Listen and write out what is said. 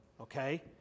Okay